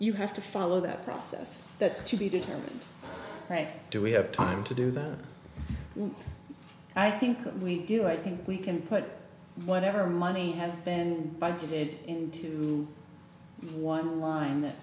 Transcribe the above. you have to follow that process that's to be determined right do we have time to do that i think we do i think we can put whatever money has been budgeted into one line that